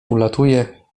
ulatuje